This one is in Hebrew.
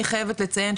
אוקיי, תודה רבה.